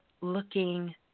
looking